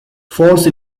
false